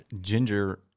ginger